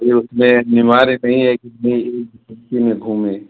ये उसमें अनिवार्य नहीं है कि उसी में घूमें